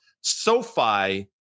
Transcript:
SoFi